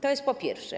To jest po pierwsze.